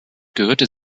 gehörte